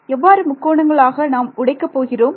எவ்வாறு முக்கோணங்கள் ஆக நாம் உடைக்க போகிறோம்